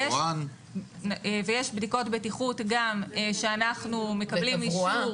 ויש בדיקות בטיחות שאנחנו מקבלים אישור